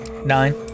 nine